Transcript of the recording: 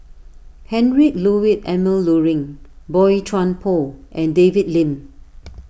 Heinrich Ludwig Emil Luering Boey Chuan Poh and David Lim